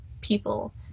people